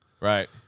Right